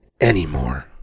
anymore